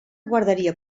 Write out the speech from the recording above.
guarderia